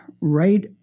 right